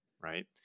right